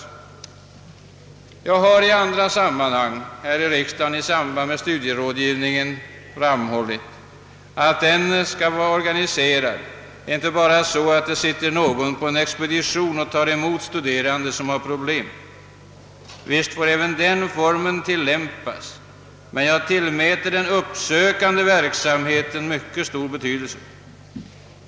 Jag har i andra sammanhang här i riksdagen framhållit att studierådgivningen inte skall vara organiserad så, att det bara sitter någon på en expedition och tar emot studerande som har problem. Visst bör även den formen tillämpas, men jag tillmäter den uppsökande verksamheten mycket stor betydelse.